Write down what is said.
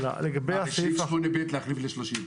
בסעיף 8ב לתקן ל-30 ימים.